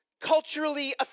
culturally